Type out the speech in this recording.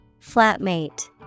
Flatmate